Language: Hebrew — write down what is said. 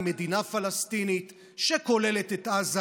עם מדינה פלסטינית שכוללת את עזה,